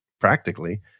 practically